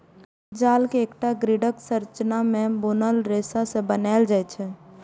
जाल कें एकटा ग्रिडक संरचना मे बुनल रेशा सं बनाएल जाइ छै